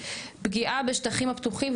פגיעה בשטחים הפתוחים,